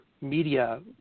media